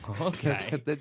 Okay